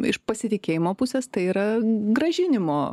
iš pasitikėjimo pusės tai yra grąžinimo